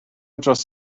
dros